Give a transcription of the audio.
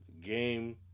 game